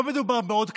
לא מדובר בעוד קטטה.